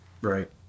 right